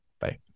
Bye